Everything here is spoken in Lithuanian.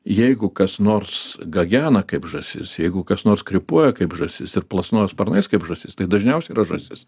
jeigu kas nors gagena kaip žąsis jeigu kas nors krypuoja kaip žąsis ir plasnoja sparnais kaip žąsis tai dažniausiai yra žąsis